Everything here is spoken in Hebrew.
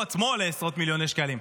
הוא עצמו עולה עשרות מיליוני שקלים,